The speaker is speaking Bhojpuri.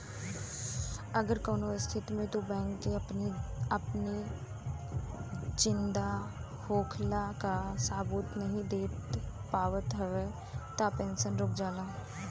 अगर कवनो स्थिति में तू बैंक के अपनी जिंदा होखला कअ सबूत नाइ दे पावत हवअ तअ पेंशन रुक जाला